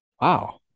Wow